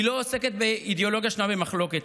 היא לא עוסקת באידיאולוגיה שנויה במחלוקת.